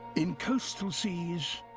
in coastal seas,